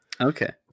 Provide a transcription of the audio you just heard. Okay